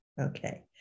Okay